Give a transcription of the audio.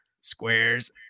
Squares